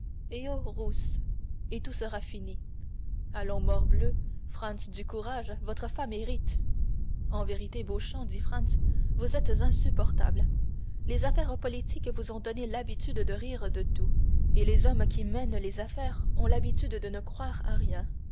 rus et tout sera fini allons morbleu franz du courage votre femme hérite en vérité beauchamp dit franz vous êtes insupportable les affaires politiques vous ont donné l'habitude de rire de tout et les hommes qui mènent les affaires ont l'habitude de ne croire à rien